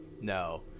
no